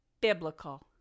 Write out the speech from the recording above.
biblical